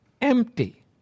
empty